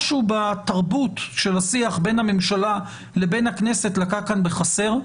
משהו בתרבות של השיח בין הממשלה לבין הכנסת לקה כאן בחסר.